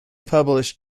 published